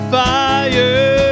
fire